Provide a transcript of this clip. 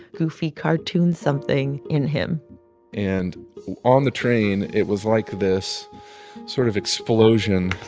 goofy cartoon something in him and on the train it was like this sort of explosion.